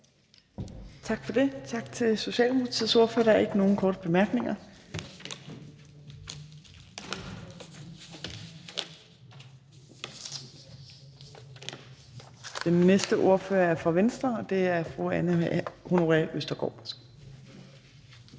Tak for det. Tak til Socialdemokratiets ordfører. Der er ikke nogen korte bemærkninger. Den næste ordfører er fra Venstre, og det er fru Anne Honoré Østergaard.